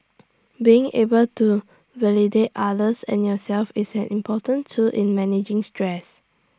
being able to validate others and yourself is an important tool in managing stress